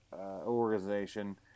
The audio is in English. organization